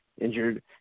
injured